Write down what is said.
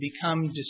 become